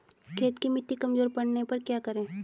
खेत की मिटी कमजोर पड़ने पर क्या करें?